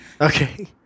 Okay